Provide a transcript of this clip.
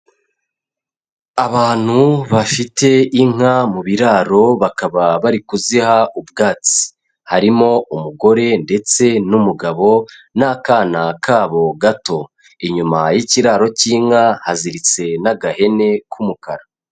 Abantu bafite inka mu biraro bakaba bari kuziha ubwatsi, harimo umugore ndetse n'umugabo n'akana kabo gato, inyuma y'ikiraro k'inka haziritse n'agahene k'umukara.